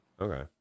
Okay